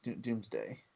doomsday